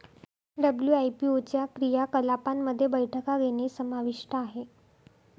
WIPO च्या क्रियाकलापांमध्ये बैठका घेणे समाविष्ट आहे